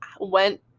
went